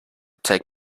take